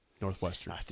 Northwestern